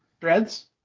Threads